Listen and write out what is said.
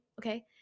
okay